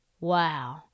Wow